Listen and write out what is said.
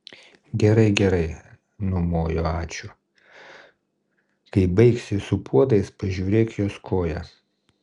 gerai gerai numojo ačiū kai baigsi su puodais pažiūrėk jos koją